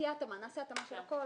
נעשה התאמה של הכול.